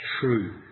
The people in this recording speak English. true